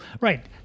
right